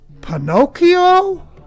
Pinocchio